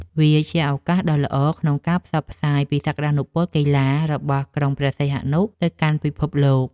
វាជាឱកាសដ៏ល្អក្នុងការផ្សព្វផ្សាយពីសក្ដានុពលកីឡា របស់ក្រុងព្រះសីហនុទៅកាន់ពិភពលោក។